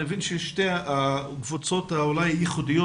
אני מבין ששתי הקבוצות אולי הייחודיות